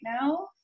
now